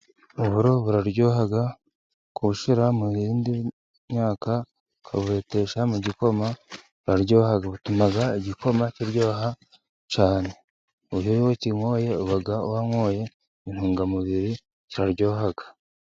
Uburo buraryoha gushiramo indi myaka ukabubetesha mu gikoma buraryoha, butuma igikoma kiryoha cyane, iyo wakinyoye uba wanyoye intungamubiri cyiraryoha.